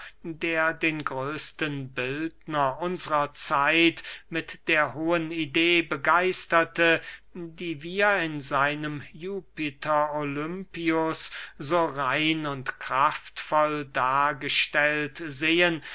der den größten bildner unsrer zeit mit der hohen idee begeisterte die wir in seinem jupiter olympius so rein und kraftvoll dargestellt sehen